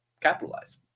capitalize